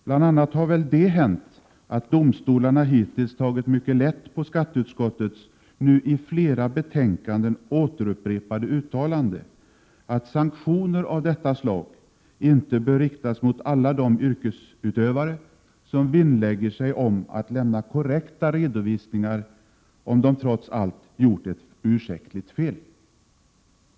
Bl.a. har det hänt att domstolarna hittills tagit mycket lätt på skatteutskottets nu i flera betänkanden återupprepade uttalande, att sanktioner av detta slag inte bör riktas mot alla de yrkesutövare som vinnlägger sig om att lämna korrekta redovisningar, om de trots allt gjort ett ursäktligt fel.